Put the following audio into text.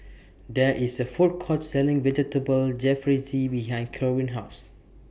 There IS A Food Court Selling Vegetable Jalfrezi behind Corrine's House